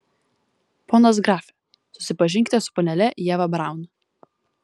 ponas grafe susipažinkite su panele ieva braun